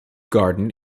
garden